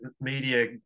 media